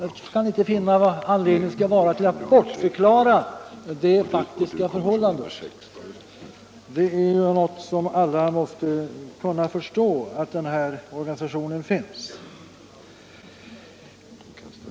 Jag kan inte finna vad anledningen är till att man söker bortförklara det faktiska förhållandet. Alla måste väl kunna förstå att den här organisationen verkligen finns.